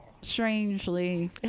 Strangely